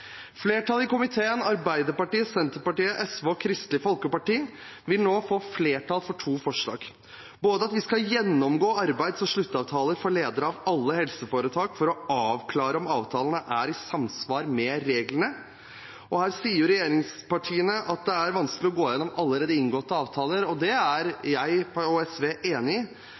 Flertallet i komiteen, Arbeiderpartiet, Senterpartiet, SV og Kristelig Folkeparti, vil nå få flertall for to forslag, bl.a. at vi skal gjennomgå arbeids- og sluttavtaler for ledere av alle helseforetak for å avklare om avtalene er i samsvar med reglene. Her sier regjeringspartiene at det er vanskelig å gå gjennom allerede inngåtte avtaler. Det er jeg og SV enig i,